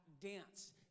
dance